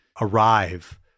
arrive